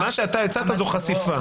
מה שהצעת זו חשיפה.